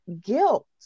guilt